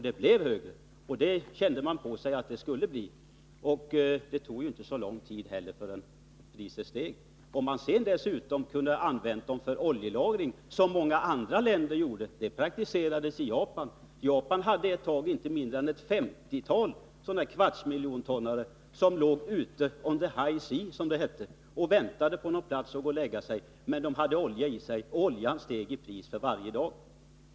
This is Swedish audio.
Det blev högre, och det kände man på sig att det skulle bli. Det tog inte heller så lång tid förrän priset steg. Man kunde dessutom ha använt fartygen för oljelagring, som många andra länder gjorde. Det praktiserades i Japan. Japanerna hade ett tag inte mindre än ett femtiotal kvartsmiljontonnare som låg ute on the high sea, som det hette, och sökte någon plats där man kunde lägga upp dem. De hade oljelast, och oljan steg i pris för varje dag.